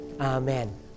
Amen